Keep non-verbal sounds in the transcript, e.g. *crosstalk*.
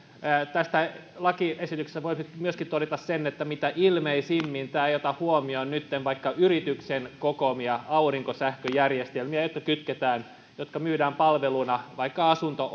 tästä lakiesityksestä voisi myöskin todeta sen että mitä ilmeisimmin tämä ei nytten ota huomioon vaikkapa yrityksen kokoamia aurinkosähköjärjestelmiä jotka kytketään ja jotka myydään palveluna vaikka asunto *unintelligible*